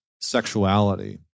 sexuality